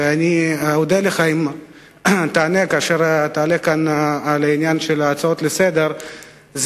ואני אודה לך אם תענה כאשר תענה כאן על ההצעות לסדר-היום,